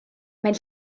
mewn